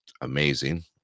amazing